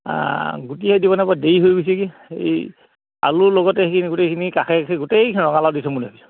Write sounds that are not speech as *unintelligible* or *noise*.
গুটি *unintelligible* দেৰি হৈ গৈছে কি এই আলুৰ লগতে সেইখিনি গোটেইখিনি কাষে কাষে গোটেইখিনি ৰঙালাও দি থম বুলি ভাবিছোঁ